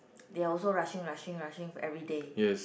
they are also rushing rushing rushing everyday